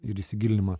ir įsigilinimą